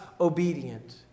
obedient